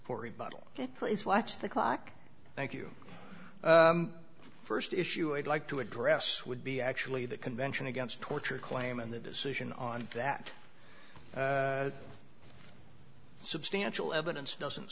a bottle please watch the clock thank you first issue i'd like to address would be actually the convention against torture claim and the decision on that substantial evidence doesn't